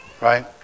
Right